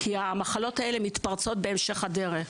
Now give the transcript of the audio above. כי המחלות האלה מתפרצות בהמשך הדרך.